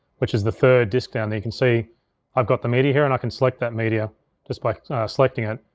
which is the third disk down there. you can see i've got the media here and i can select that media just by selecting it.